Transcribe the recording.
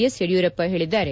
S Yediyurappa ಹೇಳಿದ್ದಾರೆ